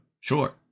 Sure